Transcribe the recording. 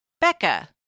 Becca